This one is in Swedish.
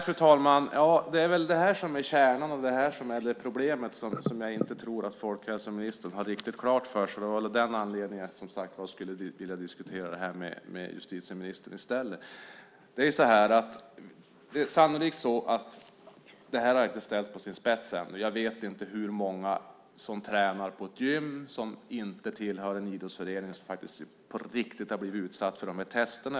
Fru talman! Det är det här som är kärnan och det problem som jag inte tror att folkhälsoministern har riktigt klart för sig. Det var av den anledningen jag skulle vilja diskutera det här med justitieministern i stället. Det är sannolikt så att detta inte har ställts på sin spets ännu. Jag vet inte hur många som tränar på gym som inte tillhör en idrottsförening som på riktigt har blivit utsatt för de här testerna.